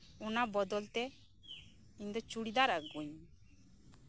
ᱚᱱᱟ ᱵᱚᱫᱚᱞ ᱛᱮ ᱤᱧ ᱫᱚ ᱪᱩᱲᱤᱫᱟᱨ ᱟᱜᱩᱣᱟᱹᱧ ᱢᱮ